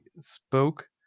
spoke